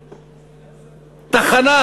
לציין תחנה,